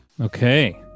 Okay